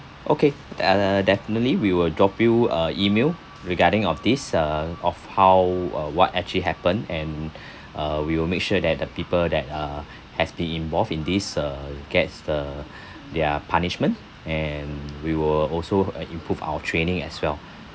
okay d~ uh definitely we will drop you a email regarding of this uh of how uh what actually happen and uh we will make sure that the people that uh has been involved in this uh get the their punishment and we will also uh improve our training as well